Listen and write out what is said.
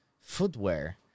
footwear